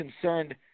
concerned